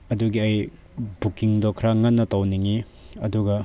ꯑꯗꯨꯒꯤ ꯑꯩ ꯕꯨꯛꯀꯤꯡꯗꯨ ꯈꯔ ꯉꯟꯅ ꯇꯧꯅꯤꯡꯉꯤ ꯑꯗꯨꯒ